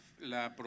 la